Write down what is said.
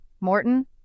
Morton